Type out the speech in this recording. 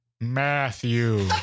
Matthew